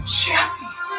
champion